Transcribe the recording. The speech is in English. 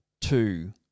two